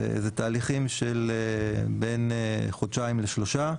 ואלה תהליכים של בין חודשיים לשלושה.